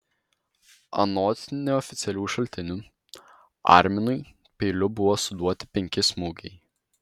anot neoficialių šaltinių arminui peiliu buvo suduoti penki smūgiai